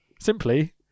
simply